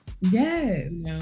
Yes